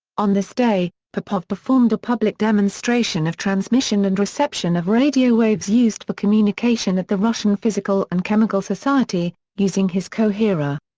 on this day, popov performed a public demonstration of transmission and reception of radio waves used for communication at the russian physical and chemical society, using his coherer.